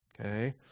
Okay